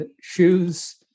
shoes